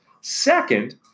Second